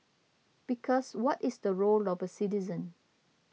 because what is the role of a citizen